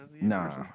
Nah